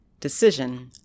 decision